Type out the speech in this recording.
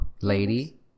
Lady